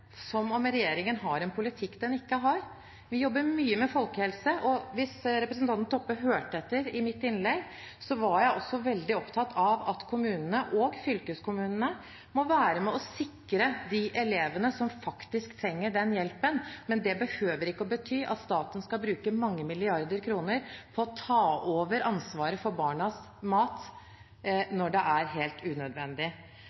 som om regjeringen har en politikk den ikke har. Vi jobber mye med folkehelse, og hvis representanten Toppe hørte etter, var jeg i mitt innlegg også veldig opptatt av at kommunene og fylkeskommunene må være med og sikre de elevene som faktisk trenger den hjelpen. Men det behøver ikke å bety at staten skal bruke mange milliarder kroner på å ta over ansvaret for barnas mat